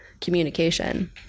communication